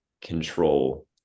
control